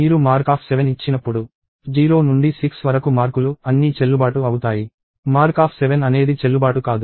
మీరు mark7 ఇచ్చినప్పుడు 0 నుండి 6 వరకు మార్కులు అన్నీ చెల్లుబాటు అవుతాయి mark7 అనేది చెల్లుబాటు కాదు